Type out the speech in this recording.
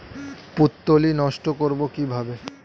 পুত্তলি নষ্ট করব কিভাবে?